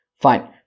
Fine